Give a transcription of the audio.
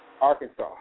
Arkansas